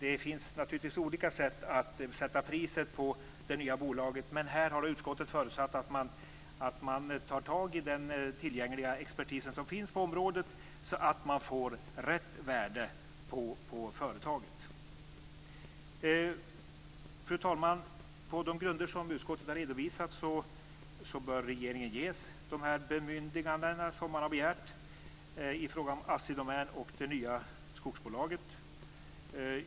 Det finns naturligtvis olika sätt att sätta priset på det nya bolaget. Utskottet har förutsatt att man tar tag i den tillgängliga expertis som finns på området så att man får rätt värde på företaget. Fru talman!